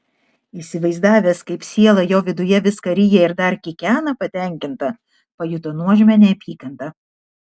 įsivaizdavęs kaip siela jo viduje viską ryja ir dar kikena patenkinta pajuto nuožmią neapykantą